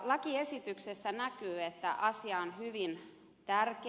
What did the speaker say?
lakiesityksestä näkyy että asia on hyvin tärkeä